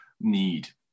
need